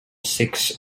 six